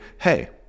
Hey